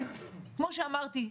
כמו שאמרתי,